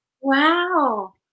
wow